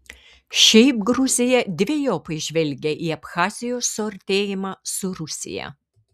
šiaip gruzija dvejopai žvelgia į abchazijos suartėjimą su rusija